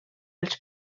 els